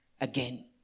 again